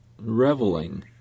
reveling